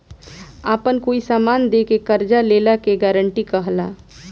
आपन कोई समान दे के कर्जा लेला के गारंटी कहला